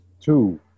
Two